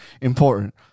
important